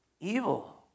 Evil